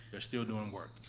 they're still doing work.